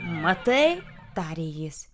matai tarė jis